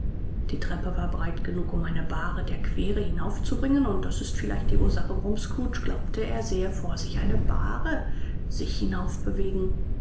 die treppe war breit genug um eine bahre der quere hinaufzubringen und das ist vielleicht die ursache warum scrooge glaubte er sähe vor sich eine bahre sich